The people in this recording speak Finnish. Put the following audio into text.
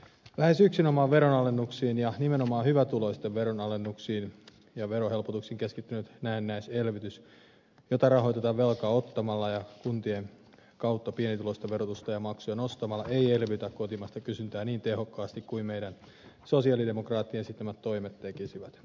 lähes yksinomaan veronalennuksiin ja nimenomaan hyvätuloisten veronalennuksiin ja verohelpotuksiin keskittynyt näennäiselvytys jota rahoitetaan velkaa ottamalla ja kuntien kautta pienituloisten verotusta ja maksuja nostamalla ei elvytä kotimaista kysyntää niin tehokkaasti kuin meidän sosialidemokraattien esittämät toimet tekisivät